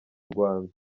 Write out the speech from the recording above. rwanda